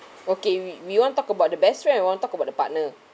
okay we we want talk about the best friend or want talk about the partner